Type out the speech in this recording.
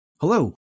Hello